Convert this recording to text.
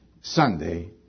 Sunday